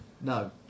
no